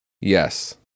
yes